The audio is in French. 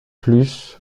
plus